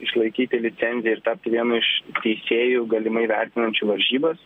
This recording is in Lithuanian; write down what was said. išlaikyti licenciją ir tapti vienu iš teisėjų galimai vertinančių varžybas